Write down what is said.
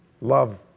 love